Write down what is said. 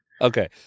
Okay